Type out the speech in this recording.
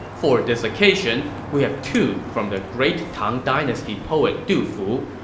for this occasion, we have two from the great tang dynasty poet du fu,